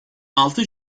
altı